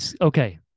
okay